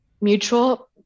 mutual